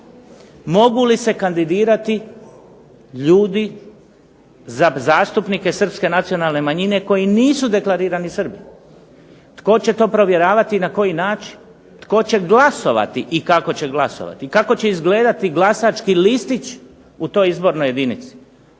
mogu li se kandidirati ljudi za zastupnike Srpske nacionalne manjine koji nisu deklarirani Srbi, tko će to provjeravati i na koji način. Tko će glasovati i kako će glasovati, kako će izgledati glasački listić u toj izbornoj jedinici.